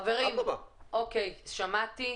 חברים, שמעתי,